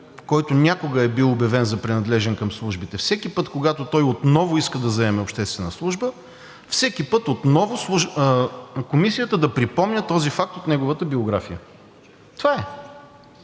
някой някога е бил обявен за принадлежен към службите, всеки път, когато той отново иска да заеме обществена служба, всеки път отново Комисията да припомня този факт от неговата биография. Това е.